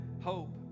hope